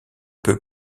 peu